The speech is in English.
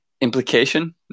implication